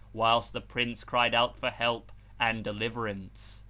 whilst the prince cried out for help and deliverance,